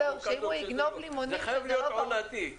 זה חייב להיות עונתי.